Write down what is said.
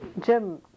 Jim